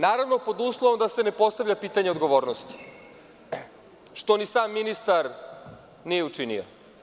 Naravno, pod uslovom da se ne postavlja pitanje odgovornosti, što ni sam ministar nije učinio.